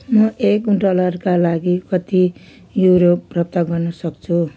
म एक डलरका लागि कति युरो प्राप्त गर्न सक्छु